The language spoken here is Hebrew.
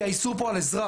כי האיסור פה הוא על אזרח.